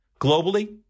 Globally